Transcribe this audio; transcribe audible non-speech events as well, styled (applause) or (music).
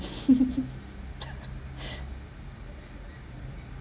(laughs)